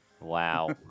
Wow